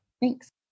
Thanks